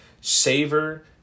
savor